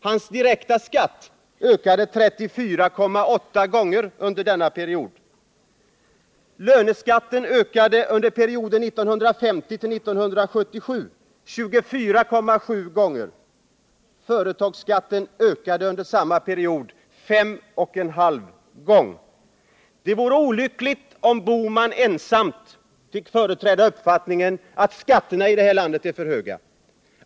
Hans direkta skatt ökade 34,8 gånger under denna period. Det vore olyckligt om Gösta Bohman ensam fick företräda uppfattningen att skatterna i det här landet är för höga.